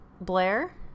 Blair